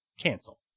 cancel